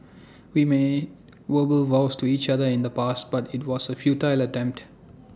we made verbal vows to each other in the past but IT was A futile attempt